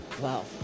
Wow